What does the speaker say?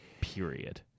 period